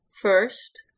First